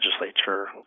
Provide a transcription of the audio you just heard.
legislature